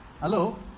Hello